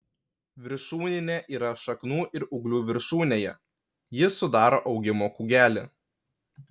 viršūninė yra šaknų ir ūglių viršūnėje ji sudaro augimo kūgelį